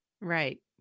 Right